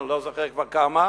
אני לא זוכר כבר כמה,